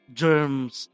germs